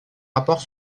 rapport